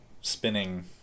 spinning